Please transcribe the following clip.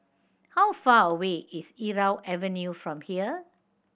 how far away is Irau Avenue from here